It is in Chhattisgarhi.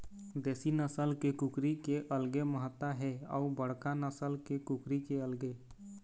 देशी नसल के कुकरी के अलगे महत्ता हे अउ बड़का नसल के कुकरी के अलगे